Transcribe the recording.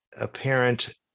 apparent